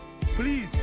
Please